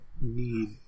need